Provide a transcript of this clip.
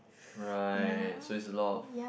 right so is a lot of